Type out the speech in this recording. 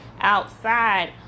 outside